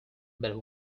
but